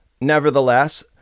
Nevertheless